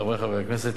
חברי חברי הכנסת,